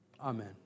Amen